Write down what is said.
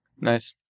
Nice